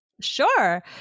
sure